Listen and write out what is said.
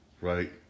right